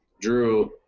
Drew